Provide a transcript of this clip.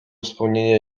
wspomnienia